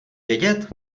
vědět